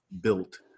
built